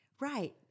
right